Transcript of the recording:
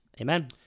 Amen